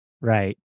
Right